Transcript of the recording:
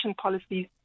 policies